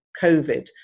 covid